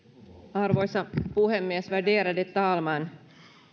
arvoisa puhemies värderade talman